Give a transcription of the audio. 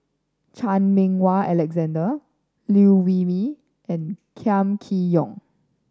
Chan Meng Wah Alexander Liew Wee Mee and Kam Kee Yong